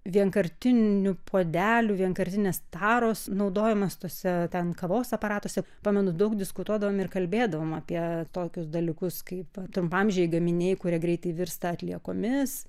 vienkartinių puodelių vienkartinės taros naudojimas tose ten kavos aparatuose pamenu daug diskutuodavom ir kalbėdavom apie tokius dalykus kaip trumpaamžiai gaminiai kurie greitai virsta atliekomis